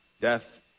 death